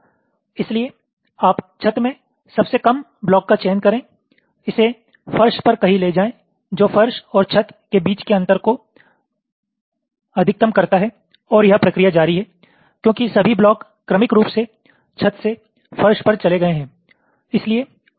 इसलिए आप छत में सबसे कम ब्लॉक का चयन करें इसे फर्श पर कहीं ले जाएँ जो फर्श और छत के बीच के अन्तर को अधिकतम करता है और यह प्रक्रिया जारी है क्योंकि सभी ब्लॉक क्रमिक रूप से छत से फर्श पर चले गए हैं